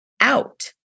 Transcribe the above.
out